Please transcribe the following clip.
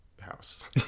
house